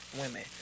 women